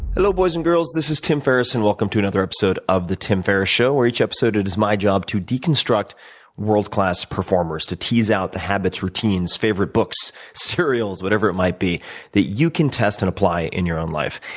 hello, boys and girls. this is tim ferriss, and welcome to another episode of the tim ferriss show where, each episode, it is my job to deconstruct world class performers, to tease out the habits, routines, favorite books, cereals, whatever it might be that you can test and apply in your own life.